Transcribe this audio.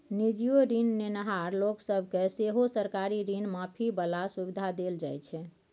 निजीयो ऋण नेनहार लोक सब केँ सेहो सरकारी ऋण माफी बला सुविधा देल जाइ छै